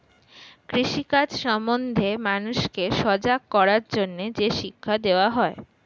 কৃষি কাজ সম্বন্ধে মানুষকে সজাগ করার জন্যে যে শিক্ষা দেওয়া হয়